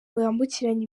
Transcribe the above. bwambukiranya